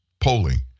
polling